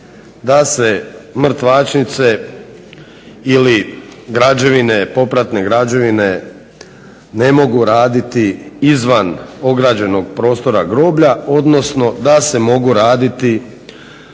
da se mrtvačnice ili popratne građevine ne mogu raditi izvan ograđenog prostora groblja, odnosno da se mogu raditi